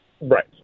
Right